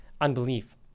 unbelief